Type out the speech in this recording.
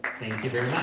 thank you very